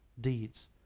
deeds